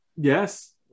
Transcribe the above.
Yes